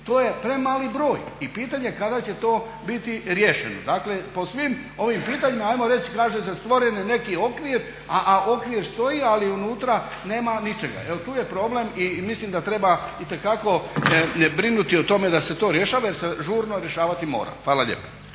to je premali broj i pitanje je kada će to biti riješeno. Dakle, po svim ovim pitanjima ajmo reći kaže se stvoren je neki okvir a okvir stoji ali unutra nema ničega. Tu je problem i mislim da treba itekako brinuti o tome da se to rješava jer se žurno rješavati mora. Hvala lijepa.